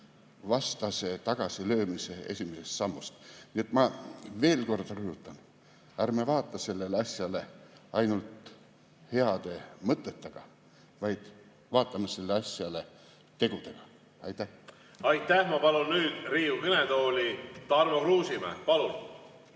vastase tagasilöömise esimesest sammust. Nii et ma veel kord rõhutan: ärme vaatame sellele asjale ainult heade mõtetega, vaid vaatame sellele asjale tegudega. Aitäh! Aitäh! Ma palun nüüd Riigikogu kõnetooli Tarmo Kruusimäe. Aitäh!